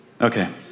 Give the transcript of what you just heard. okay